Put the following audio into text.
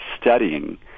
studying